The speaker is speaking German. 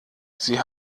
sie